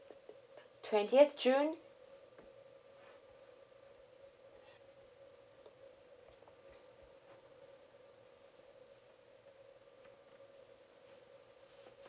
twentieth june